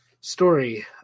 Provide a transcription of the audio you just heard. story